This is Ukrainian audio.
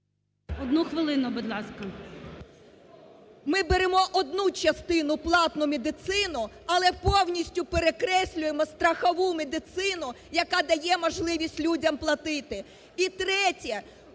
Одну хвилину, будь ласка. ТИМОШЕНКО Ю.В. Ми беремо одну частину платну медицину, але повністю перекреслюємо страхову медицину, яка дає можливість людям платити. І третє.